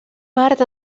part